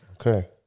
Okay